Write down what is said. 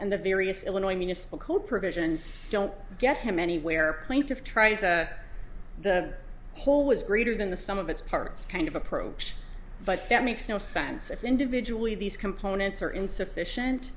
and the various illinois municipal code provisions don't get him anywhere plaintiff tries the whole was greater than the sum of it's parts kind of approach but that makes no sense if individually these components are insufficient